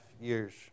years